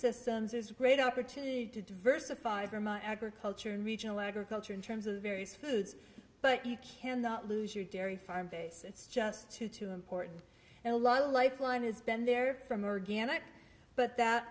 systems is a great opportunity to diversify for my agriculture and regional agriculture in terms of various foods but you cannot lose your dairy farm base it's just too too important and a lot of lifeline has been there from organic but that